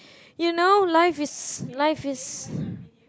you know life is life is